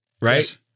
right